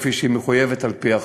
כפי שהיא מחויבת על-פי החוק.